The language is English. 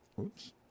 Oops